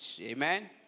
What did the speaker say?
Amen